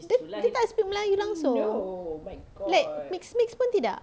dia dia tak speak melayu langsung like mixed mixed pun tidak